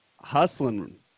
Hustling